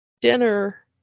dinner